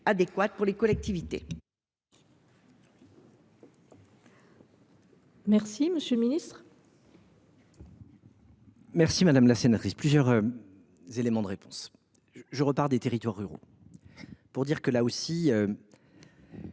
adéquats pour les collectivités